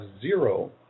zero